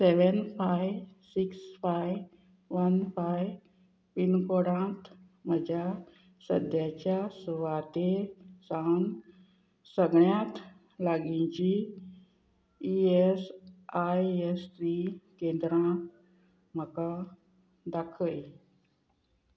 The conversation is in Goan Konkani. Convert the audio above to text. seven five six five one five पिनकोडांत म्हज्या सद्याच्या सुवाते सावन सगळ्यांत लागींची E S I S C केंद्रां म्हाका दाखय